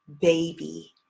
baby